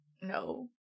No